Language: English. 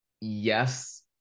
yes